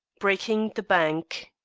breaking the bank